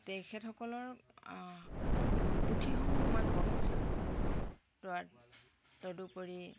তেখেতসকলৰ পুঠিসমূহ মই পঢ়িছোঁ তদুপৰি